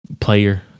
player